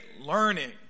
learning